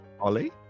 ollie